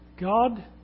God